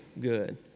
good